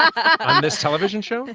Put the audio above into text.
ah this television show?